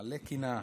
מלא קנאה.